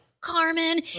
Carmen